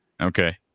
Okay